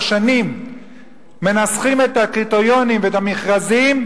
שנים מנסחים את הקריטריונים ואת המכרזים,